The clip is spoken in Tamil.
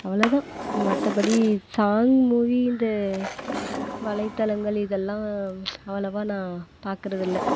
அவ்வளோதான் மற்றபடி சாங் மூவி இந்த வலைத்தளங்கள் இதெல்லாம் அவ்வளோவா நான் பார்க்குறது இல்லை